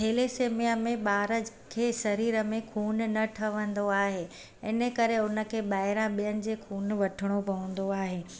thalassemia में ॿार खे शरीर में खून न ठहंदो आहे हिन करे उन खे ॿाहिरां ॿियनि जे खून वठणो पवंदो आहे